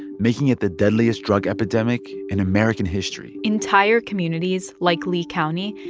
making it the deadliest drug epidemic in american history entire communities, like lee county,